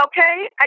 okay